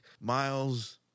Miles